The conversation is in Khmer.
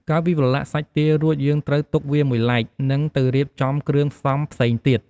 ក្រោយពីប្រឡាក់សាច់ទារួច យើងត្រូវទុកវាមួយឡែក និងទៅរៀបចំគ្រឿងផ្សំផ្សេងទៀត។